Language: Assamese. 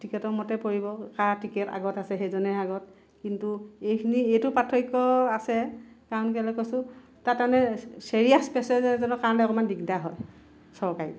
টিকটৰ মতে পৰিব কাৰ টিকেট আগত আছে সেইজনহে আগত কিন্তু এইখিনিতে এইটো পাৰ্থক্য আছে কাৰণ কেইলৈ কৈছোঁ তাত মানে ছিৰিয়াছ পেছেণ্ট এজনৰ কাৰণে অকণমান দিকদাৰী হয় চৰকাৰীত